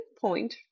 point